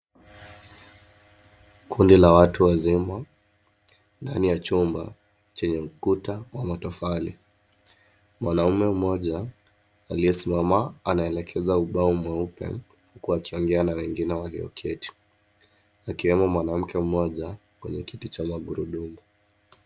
Kundi la watu wazima ndani ya chumba chenye ukuta wa matofali. Mwanamume mmoja aliyesimama anaelekeza ubao mweupe huku akiongea na wengine walioketi akiwemo mwanamke mmoja kwenye kiti cha magurudumu.